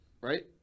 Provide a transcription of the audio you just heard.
right